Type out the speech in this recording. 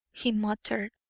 he muttered,